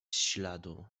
śladu